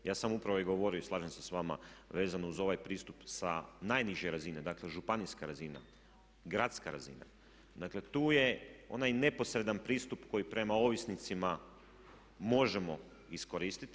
Ja sam upravo govorio i slažem se s vama vezano uz ovaj pristup sa najniže razine, dakle županijska razina, gradska razina, dakle tu je onaj neposredan pristup koji prema ovisnicima možemo iskoristiti.